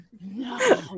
No